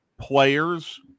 players